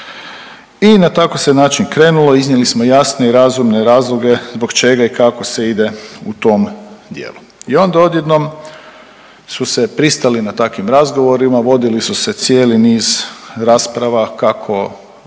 I na takav se način krenulo, iznijeli smo jasne i razumne razloge zbog čega i kako se ide u tom dijelu. I onda odjednom su se pristali na takvim razgovorima vodili su se cijeli niz rasprava kako